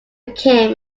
became